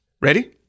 Ready